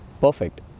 Perfect